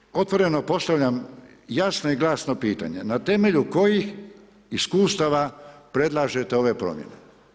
Međutim, otvoreno postavljam jasno i glasno pitanje, na temelju kojih iskustava predlažete ove promijene.